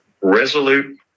resolute